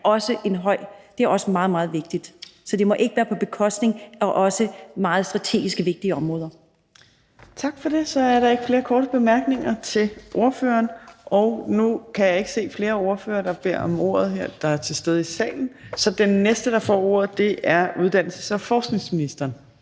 Det er også meget, meget vigtigt. Så det må ikke være på bekostning af også meget strategisk vigtige områder. Kl. 12:00 Fjerde næstformand (Trine Torp): Tak for det. Så er der ikke flere korte bemærkninger til ordføreren. Nu kan jeg ikke se flere ordførere til stede i salen, der beder om ordet. Så den næste, der får ordet, er uddannelses- og forskningsministeren.